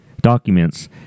documents